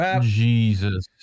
Jesus